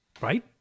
right